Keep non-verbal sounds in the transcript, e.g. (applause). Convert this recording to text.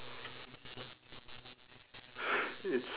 (breath) it's